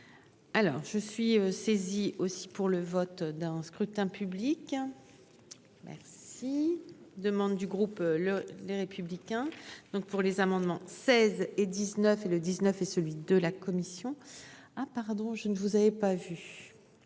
Alors je suis saisi aussi pour le vote d'un scrutin public hein. Merci demande du groupe le les républicains donc pour les amendements, 16 et 19 et le 19 et celui de la commission. Hein pardon. Je ne vous avez pas vu.